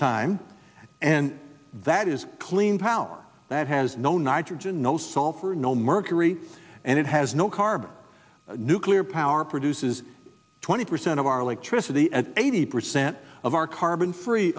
time and that is clean power that has no nitrogen no sulfur no mercury and it has no carbon nuclear power produces twenty percent of our electricity and eighty percent of our carbon free